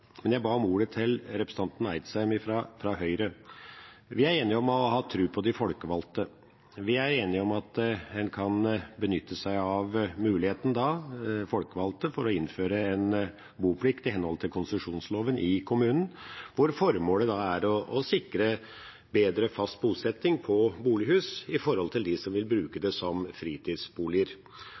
Men jeg ba om ordet til representanten Eidsheim fra Høyre. Vi er enige om å ha tro på de folkevalgte, og vi er enige om at en som folkevalgt kan benytte seg av muligheten til å innføre en boplikt i kommunen i henhold til konsesjonsloven, hvor formålet er bedre å sikre fast bosetting i bolighus i forhold til dem som vil bruke dem som fritidsboliger.